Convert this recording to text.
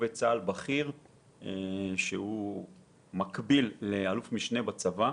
עובד צה"ל בכיר שמקביל לאל"מ בצה"ל.